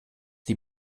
die